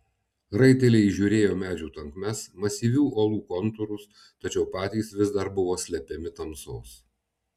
raiteliai įžiūrėjo medžių tankmes masyvių uolų kontūrus tačiau patys vis dar buvo slepiami tamsos